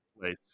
place